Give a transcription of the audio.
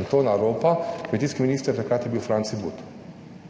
Antona Ropa, kmetijski minister, takrat je bil Franci But.